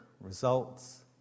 results